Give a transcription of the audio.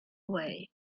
away